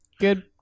Good